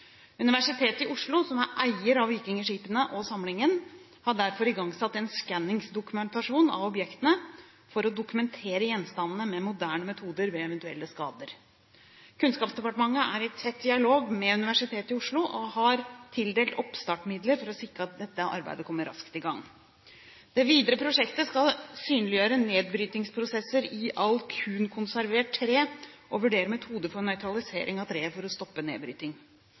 Universitetet i Oslo, som er eier av vikingskipene og samlingen, har derfor igangsatt en skanningsdokumentasjon av objektene – for å dokumentere gjenstandene med moderne metoder ved eventuelle skader. Kunnskapsdepartementet er i tett dialog med Universitetet i Oslo og har tildelt oppstartsmidler for å sikre at dette arbeidet kommer raskt i gang. Det videre prosjektet skal synliggjøre nedbrytingsprosesser i alunkonservert tre og vurdere metoder for nøytralisering av treet for å stoppe nedbryting.